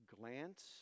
glance